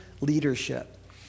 leadership